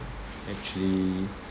actually